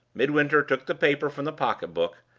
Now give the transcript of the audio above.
midwinter took the paper from the pocket-book,